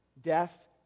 Death